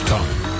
time